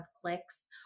clicks